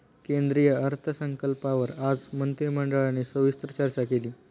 केंद्रीय अर्थसंकल्पावर आज मंत्रिमंडळाने सविस्तर चर्चा केली